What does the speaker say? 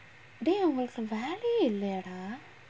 deh உங்களுக்கு வேலயே இல்லையாடா:ungalukku velayae illaiyaadaa